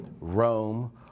Rome